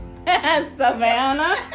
savannah